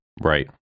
Right